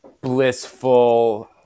blissful